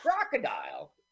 crocodile